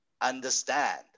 understand